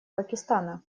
пакистана